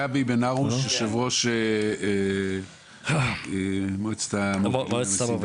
גבי בן הרוש, יושב ראש מועצת המובילים.